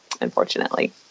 unfortunately